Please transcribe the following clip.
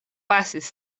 pasis